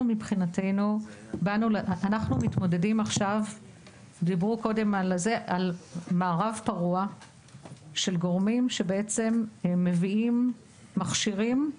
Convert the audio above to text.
אנחנו מתמודדים עכשיו עם מערב פרוע של גורמים שבעצם מביאים מכשירים,